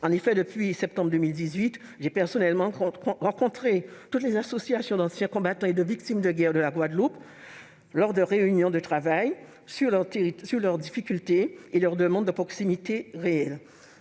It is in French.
le mois de septembre 2018, j'ai personnellement rencontré toutes les associations d'anciens combattants et de victimes de guerre de la Guadeloupe lors de réunions de travail sur leurs difficultés. La demande de proximité est réelle.